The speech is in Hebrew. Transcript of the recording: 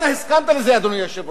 ואתה הסכמת לזה, אדוני היושב-ראש.